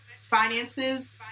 finances